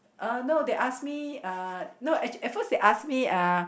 uh no they ask me uh no at first they ask me uh